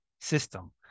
system